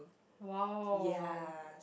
!wow!